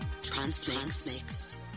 Transmix